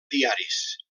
diaris